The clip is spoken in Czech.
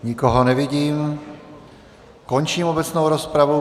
Nikoho nevidím, končím obecnou rozpravu.